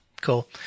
Cool